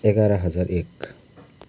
एघार हजार एक